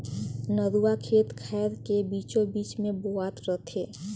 नरूवा खेत खायर के बीचों बीच मे बोहात रथे